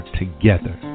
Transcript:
together